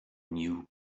new